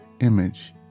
image